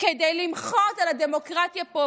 כדי למחות על הדמוקרטיה פה,